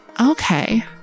Okay